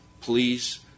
please